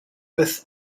with